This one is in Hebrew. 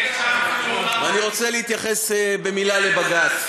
אני רוצה להתייחס במילה לבג"ץ.